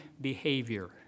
behavior